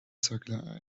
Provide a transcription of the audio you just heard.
circular